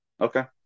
Okay